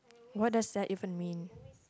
what does that even mean